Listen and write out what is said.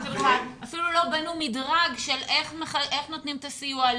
אפילו לא בנו מדרג של איך נותנים את הסיוע,